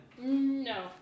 No